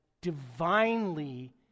divinely